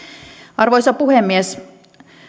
arvoisa puhemies